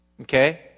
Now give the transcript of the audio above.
Okay